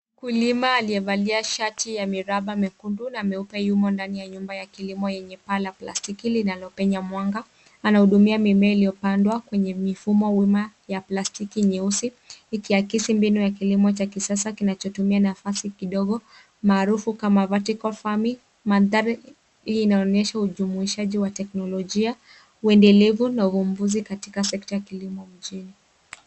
Mkulima alie valia shati ya miraba mekundu na nyeupe yumo ndani ya nyumba ya kiliomo yenye paa la plastiki linalopenya mwanga. Anahudumia mimea liopandwa kwenye mifumo wima ya plastiki nyeusi, ikiakisi mbinu ya kilimo cha kisasa kinachotumia nafasi kidogo maarufu kama vertical farming . Mandhari inaonyesha ujumuishaji wa teknolojia, uendelevu na ugumbuzi katika sekta kilimo mjini.